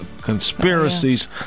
conspiracies